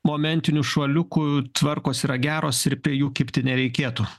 momentinių šuoliukų tvarkos yra geros ir prie jų kibti nereikėtų